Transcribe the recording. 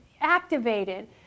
activated